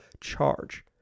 charge